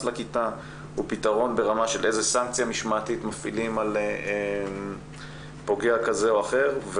הוא ברמה של איזו סנקציה משמעתית מפעילים על פוגע כזה או אחר,